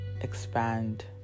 expand